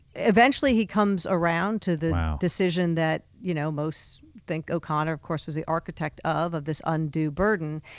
eventually he comes around to the decision that you know most think o'connor, of course, was the architect of, of this undue burden.